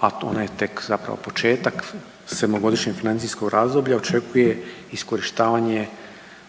a ona je tek zapravo početak sedmogodišnjeg financijskog razdoblja očekuje iskorištavanje